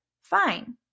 fine